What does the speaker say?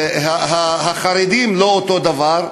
החרדים לא אותו דבר.